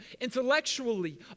intellectually